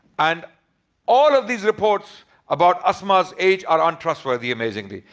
and all of these reports about asma's age are untrustworthy amazingly.